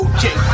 Okay